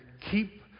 keep